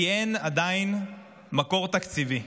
כי אין עדיין מקור תקציבי.